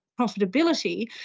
profitability